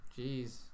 Jeez